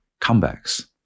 comebacks